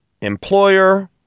employer